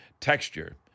texture